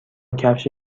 کفش